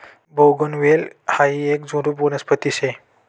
बोगनवेल हायी येक झुडुप वनस्पती शे